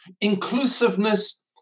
inclusiveness